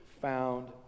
found